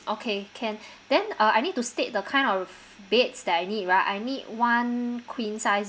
okay can then uh I need to state the kind of beds that I need right I need one queen size